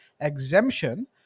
exemption